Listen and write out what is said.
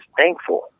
thankful